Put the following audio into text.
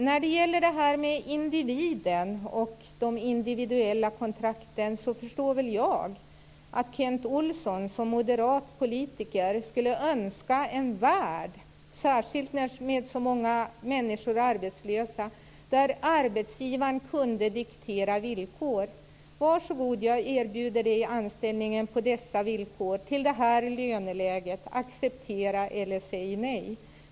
När det gäller individen och de individuella kontrakten förstår väl jag att Kent Olsson som moderat politiker skulle önska en värld, särskilt eftersom så många människor är arbetslösa, där arbetsgivaren kunde diktera villkor och säga: Varsågod, jag erbjuder dig anställningen på dessa villkor och till det här löneläget. Acceptera eller säg nej!